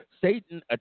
Satan